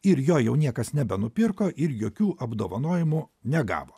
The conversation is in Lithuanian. ir jo jau niekas nebenupirko ir jokių apdovanojimų negavo